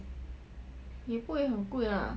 也不会很贵 lah